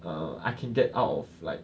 err I can get out of like